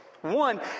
One